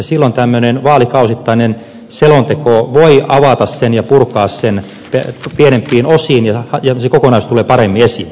silloin tämmöinen vaalikausittainen selonteko voi avata ja purkaa sen pienempiin osiin ja se kokonaisuus tulee paremmin esiin